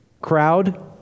crowd